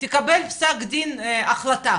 תקבל פסק דין החלטה